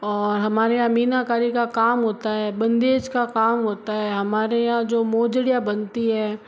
और हमारे यहाँ मीनाकारी का काम होता है बंधेज का काम होता है हमारे यहाँ जो मोजड़ियाँ बनती है